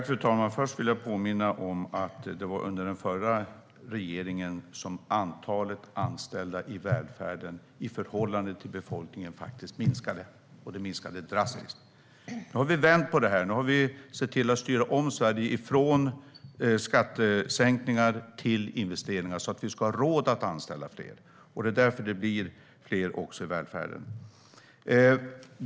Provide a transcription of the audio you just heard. Fru talman! Först vill jag påminna om att det var under den förra regeringen som antalet anställda i välfärden i förhållande till befolkningen faktiskt minskade drastiskt. Nu har regeringen vänt på detta och styrt om Sverige från skattesänkningar till investeringar, så att det ska finnas råd att anställa fler. Det är därför det blir fler i välfärden.